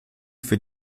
für